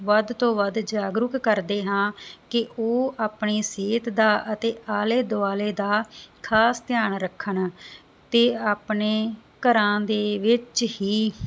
ਵੱਧ ਤੋਂ ਵੱਧ ਜਾਗਰੂਕ ਕਰਦੇ ਹਾਂ ਕਿ ਉਹ ਆਪਣੀ ਸਿਹਤ ਦਾ ਅਤੇ ਆਲੇ ਦੁਆਲੇ ਦਾ ਖਾਸ ਧਿਆਨ ਰੱਖਣ ਤੇ ਆਪਣੇ ਘਰਾਂ ਦੇ ਵਿੱਚ ਹੀ